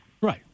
right